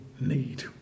need